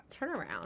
turnaround